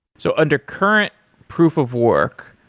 so undercurrent proof of work,